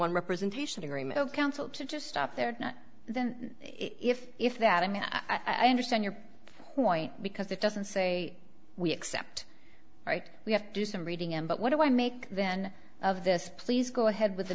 one representation agreement of council to just stop there then if if that i mean i understand your point because it doesn't say we accept right we have to do some reading and but what do i make then of this please go ahead with the